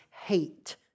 hate